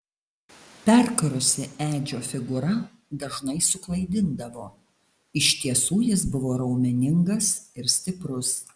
perkarusi edžio figūra dažnai suklaidindavo iš tiesų jis buvo raumeningas ir stiprus